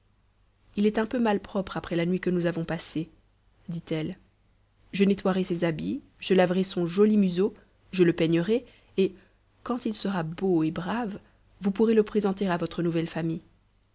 il est un peu malpropre après la nuit que nous avons passée dit-elle je nettoierai ses habits je laverai son joli museau je le peignerai et quand il sera beau et brave vous pourrez le présenter à votre nouvelle famille